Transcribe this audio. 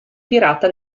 pirata